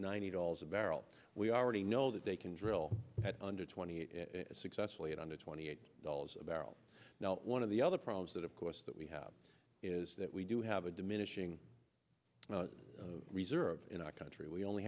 ninety dollars a barrel we already know that they can drill under twenty eight successfully and under twenty eight dollars a barrel now one of the other problems that of course that we have is that we do have a diminishing reserve in our country we only